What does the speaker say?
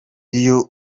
iyo